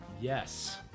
Yes